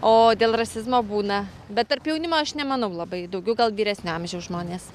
o dėl rasizmo būna bet tarp jaunimo aš nemanau labai daugiau gal vyresnio amžiaus žmonės